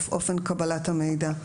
אופן קבלת המידע,